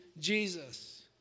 Jesus